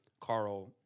Carl